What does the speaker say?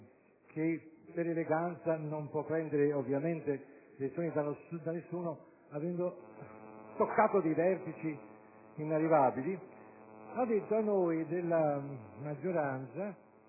che, per eleganza, non può prendere ovviamente lezioni da nessuno avendo toccato dei vertici inarrivabili, ha detto a noi della maggioranza,